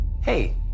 Hey